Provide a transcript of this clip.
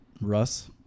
Russ